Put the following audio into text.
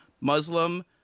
Muslim